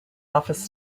office